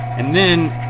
and then,